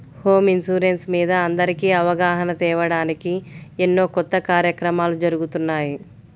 home insurance మీద అందరికీ అవగాహన తేవడానికి ఎన్నో కొత్త కార్యక్రమాలు జరుగుతున్నాయి